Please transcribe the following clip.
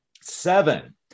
Seven